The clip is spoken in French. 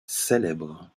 célèbre